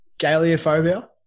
Galeophobia